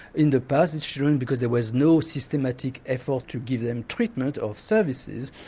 in the past these children, because there was no systematic effort to give them treatment of services,